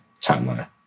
timeline